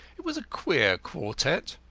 it was a queer quartette.